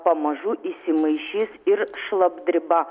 pamažu įsimaišys ir šlapdriba